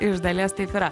iš dalies taip yra